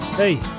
Hey